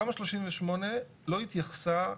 תמ"א 38 לא התייחסה,